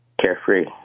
Carefree